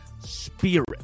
spirit